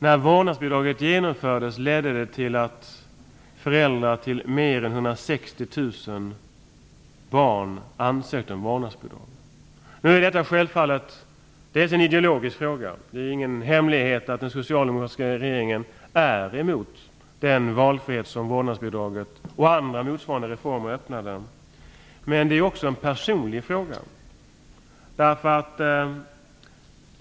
När vårdnadsbidraget genomfördes ledde det till att föräldrar till mer än Detta är självfallet en ideologisk fråga. Det är ingen hemlighet att den socialdemokratiska regeringen är emot den valfrihet som vårdnadsbidraget och andra motsvarande reformer öppnar. Men det är också en personlig fråga.